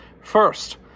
First